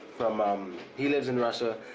um um he lives in russia.